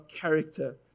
character